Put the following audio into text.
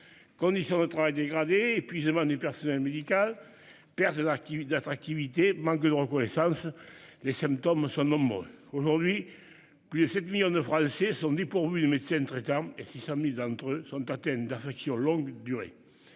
ni sur de travail dégradées épuisement du personnel médical. Perte d'activité d'attractivité, manque de reconnaissance. Les symptômes sont nombreux aujourd'hui. Plus de 7 millions de Français sont dépourvus de médecin traitant et 600.000 d'entre eux sont atteints d'affections longue durée.